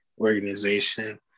organization